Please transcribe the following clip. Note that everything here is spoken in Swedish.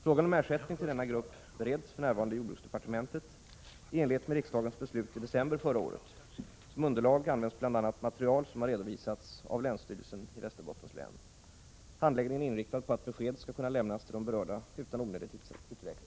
Frågan om ersättning till denna grupp bereds för närvarande i jordbuksde | partementet i enlighet med riksdagens beslut i december förra året. Som underlag används bl.a. material som har redovisats av länsstyrelsen i Västerbottens län. Handläggningen är inriktad på att besked skall kunna lämnas till de berörda utan onödig tidsutdräkt.